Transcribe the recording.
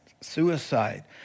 suicide